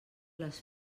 les